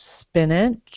spinach